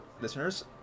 listeners